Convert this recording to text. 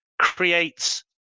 creates